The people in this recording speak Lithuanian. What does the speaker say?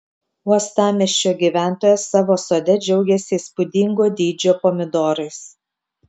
uostamiesčio gyventojas savo sode džiaugiasi įspūdingo dydžio pomidorais